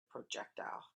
projectile